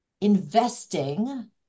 investing